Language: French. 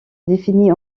définit